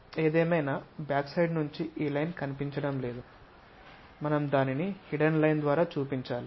ఏదేమైనా back side నుండి ఈ లైన్ కనిపించడం లేదు మనం దానిని హిడెన్ లైన్ ద్వారా చూపించాలి